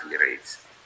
rates